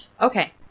Okay